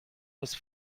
was